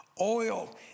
oil